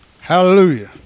hallelujah